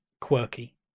quirky